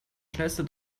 schnellste